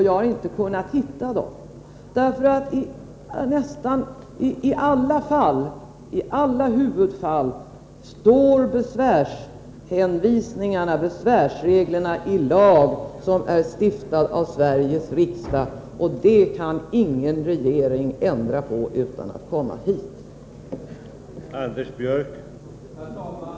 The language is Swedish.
Jag har inte kunnat hitta dem, för i alla huvudfall står besvärsreglerna i lag som är stiftad av Sveriges riksdag, och sådan lag kan ingen regering ändra på utan att vända sig till riksdagen.